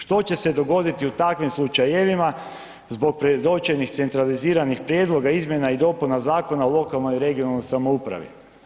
Što će se dogoditi u takvim slučajevima zbog predočenih centraliziranih prijedloga izmjena i dopuna Zakona o lokalnoj i regionalnoj samoupravi.